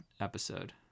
episode